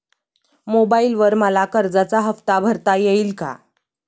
मोबाइलवर मला कर्जाचा हफ्ता भरता येईल का?